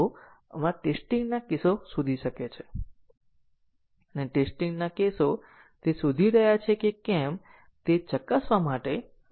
તેથી આ માત્ર એક ઉદાહરણ સમાન કોડ છે અને પછી આપણે અહીં જોયું કે બે નિર્ણય સ્ટેટમેન્ટો છે અને તેથી તે સાયક્લોમેટિક કોમ્પલેક્ષીટી 3 છે